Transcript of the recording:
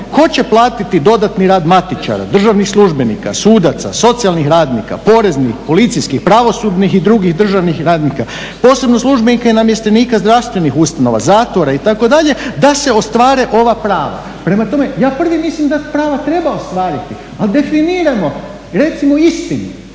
ko će platiti dodatni rad matičara, državnih službenika, sudaca, socijalnih radnika, poreznih, policijskih, pravosudnih i drugih državnih radnika, posebno službenike i namještenike zdravstvenih ustanova, zatvora itd. da se ostvare ova prava. Prema tome, ja prvi mislim da prava treba ostvariti, ali definirajmo, recimo istinu,